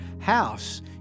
house